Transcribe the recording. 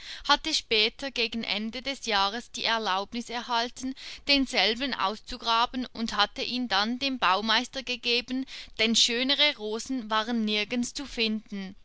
hatte später gegen ende des jahres die erlaubnis erhalten denselben auszugraben und hatte ihn dann dem baumeister gegeben denn schönere rosen waren nirgends zu finden